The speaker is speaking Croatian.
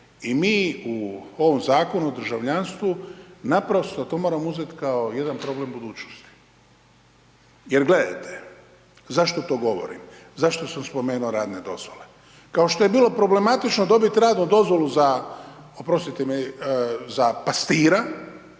i mi u ovom zakonu o državljanstvu naprosto to moramo uzet kao jedan problem budućnosti. Jer gledajte, zašto to govorim, zašto sam spomenuo radne dozvole, kao što je bilo problematično dobit radnu dozvolu za, oprostite mi, za pastira,